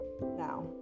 now